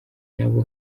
nabo